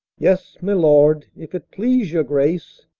yes, my lord, if it please your grace